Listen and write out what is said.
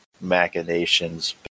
machinations